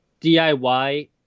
DIY